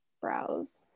browse